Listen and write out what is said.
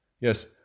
Yes